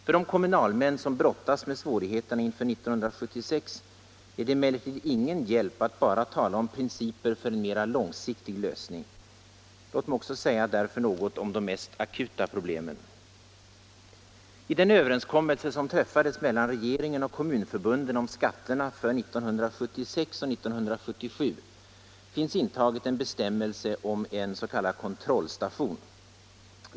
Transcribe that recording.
För de kommunalmän som brottas med svårigheterna inför 1976 är det emellertid ingen hjälp att bara tala om principer för en mera långsiktig lösning. Låt mig därför också säga något om de mest akuta problemen. I den överenskommelse som träffades mellan regeringen och kommunförbunden om skatterna för 1976 och 1977 finns intagen en bestämmelse om en s.k. kontrollstation.